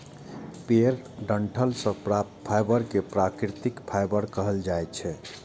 पेड़क डंठल सं प्राप्त फाइबर कें प्राकृतिक फाइबर कहल जाइ छै